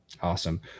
Awesome